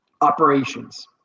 operations